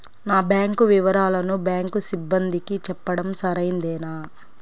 నా బ్యాంకు వివరాలను బ్యాంకు సిబ్బందికి చెప్పడం సరైందేనా?